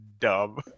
dumb